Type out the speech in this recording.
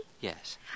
Yes